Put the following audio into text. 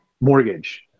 mortgage